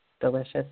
delicious